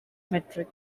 metric